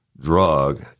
drug